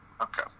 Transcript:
Okay